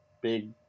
big